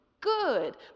good